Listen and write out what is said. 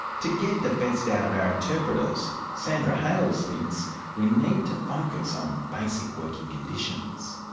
to get the best out of our interpreters, sandra hale thinks we need to focus on basic working conditions.